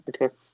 Okay